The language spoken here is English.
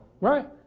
Right